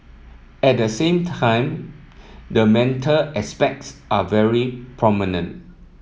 at the same time the mental aspects are very prominent